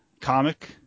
comic